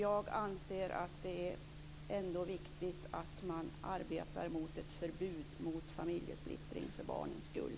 Jag anser att det ändå är viktigt att man arbetar för ett förbud mot familjesplittring för barnens skull.